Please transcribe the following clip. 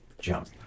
jump